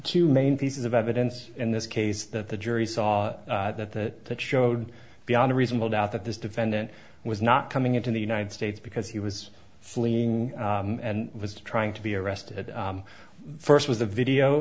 two main pieces of evidence in this case that the jury saw that that showed beyond a reasonable doubt that this defendant was not coming into the united states because he was fleeing and was trying to be arrested first with the video